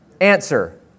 Answer